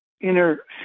inner